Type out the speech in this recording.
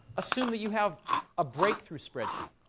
assume that you have a breakthrough spreadsheet.